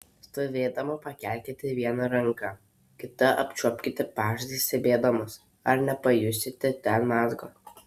stovėdama pakelkite vieną ranką kita apčiuopkite pažastį stebėdamos ar nepajusite ten mazgo